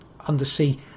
undersea